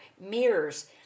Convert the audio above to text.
mirrors